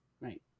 right